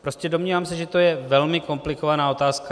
Prostě se domnívám, že to je velmi komplikovaná otázka.